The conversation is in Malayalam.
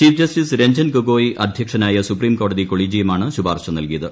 ചീഫ് ജസ്റ്റിസ് രഞ്ജൻ ഗൊഗോയ് അധ്യക്ഷനായ സുപ്രീംകോടതി കൊളീജിയമാണ് ശുപാർശ നൽകിയത്